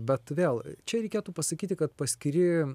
bet vėl čia reikėtų pasakyti kad paskiri